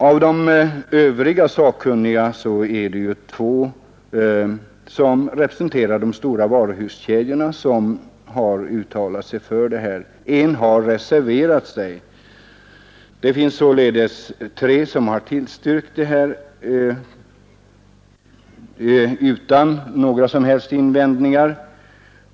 Av de övriga sakkunniga är det ju två som representerar de stora varuhuskedjorna som har uttalat sig för det här. En har reserverat sig. Det finns således tre som har tillstyrkt förslaget utan några som helst invändningar.